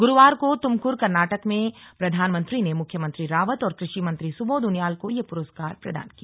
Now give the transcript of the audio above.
गुरूवार को तुमकुर कर्नाटक में प्रधानमंत्री ने मुख्यमंत्री रावत और कृषि मंत्री सुबोध उनियाल को यह पुरस्कार प्रदान किया